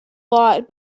lot